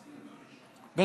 פליטים?